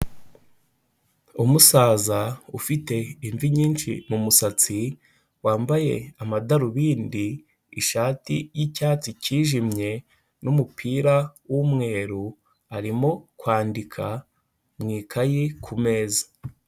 Umusaza ufite imvi nyinshi mu musatsi wambaye amadarubindi ishati, y'icyatsi cyijimye n'umupira w'umweru arimo kwandika mu ikaye ku meza.